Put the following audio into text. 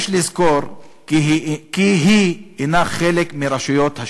יש לזכור כי היא אינה חלק מרשויות השלטון."